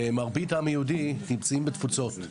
מרבית העם היהודי נמצא בתפוצות,